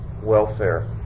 welfare